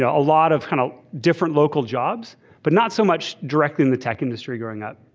ah a lot of kind of different local jobs but not so much directly in the tech industry growing up.